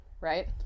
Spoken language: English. right